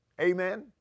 Amen